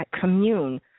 commune